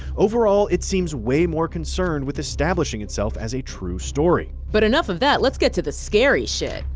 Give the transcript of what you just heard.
overall, it seems way more concerned with establishing itself as a true story. but enough of that, let's get to the scary shit.